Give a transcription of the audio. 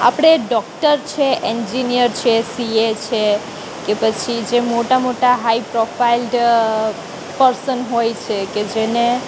આપણે ડોક્ટર છે એન્જિનીયર છે સીએ છે કે પછી જે મોટા મોટા હાઇ પ્રોફાઇલ્ડ પર્સન હોય છે કે જેને